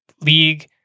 league